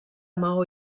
maó